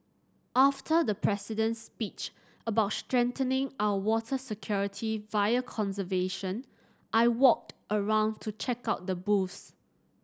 after the President's speech about strengthening our water security via conservation I walked around to check out the booths